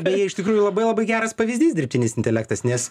beje iš tikrųjų labai labai geras pavyzdys dirbtinis intelektas nes